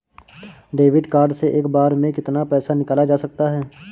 Debit card से एक बार में कितना पैसा निकाला जा सकता है?